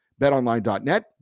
BetOnline.net